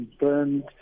burned